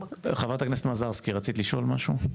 חברת הכנסת מזרסקי, בבקשה.